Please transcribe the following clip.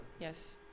Yes